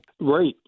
Right